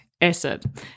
acid